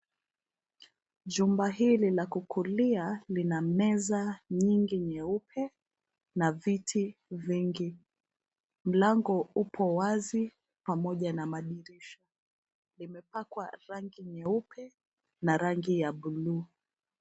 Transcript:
Chumba hili la kukulia, lina meza nyingi nyeupe, na viti vingi. Mlango upo wazi, pamoja na madirisha, imepakwa rangi nyeupe, na rangi ya blue .